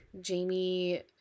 Jamie